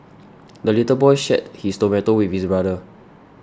the little boy shared his tomato with his brother